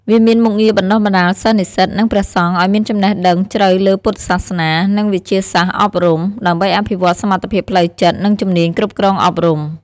វាមានមុខងារបណ្តុះបណ្តាលសិស្សនិស្សិត និងព្រះសង្ឃឲ្យមានចំណេះដឹងជ្រៅលើពុទ្ធសាសនា និងវិទ្យាសាស្ត្រអប់រំ ដើម្បីអភិវឌ្ឍសមត្ថភាពផ្លូវចិត្ត និងជំនាញគ្រប់គ្រងអប់រំ។